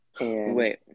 Wait